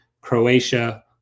Croatia